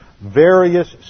various